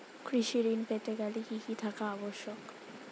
কৃষি ঋণ পেতে গেলে কি কি থাকা আবশ্যক?